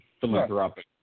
Philanthropic